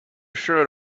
shirt